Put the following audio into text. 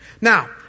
Now